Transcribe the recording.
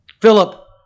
Philip